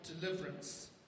deliverance